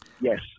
Yes